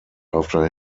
after